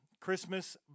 Christmas